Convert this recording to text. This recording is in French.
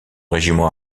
régiment